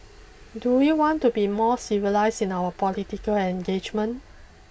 do we want to be more civilised in our political engagement